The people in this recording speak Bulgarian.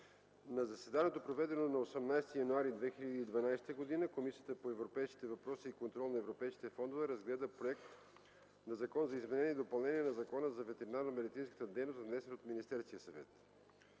„На заседанието, проведено на 18 януари 2012 г., Комисията по европейските въпроси и контрол на европейските фондове разгледа проект на Закон за изменение и допълнение на Закона за ветеринарномедицинската дейност, внесен от Министерския съвет.